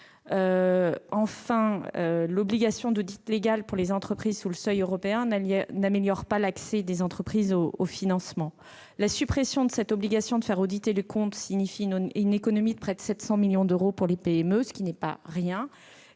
Enfin, l'obligation d'audit légal pour les entreprises sous le seuil européen n'améliore pas l'accès des entreprises aux financements. La suppression de l'obligation de faire auditer les comptes signifie une économie de près de 700 millions d'euros pour les PME. Ce n'est pas rien